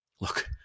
Look